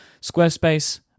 Squarespace